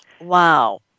Wow